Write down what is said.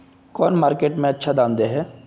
कौन मार्केट में अच्छा दाम दे है?